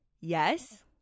yes